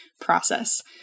process